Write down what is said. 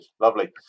Lovely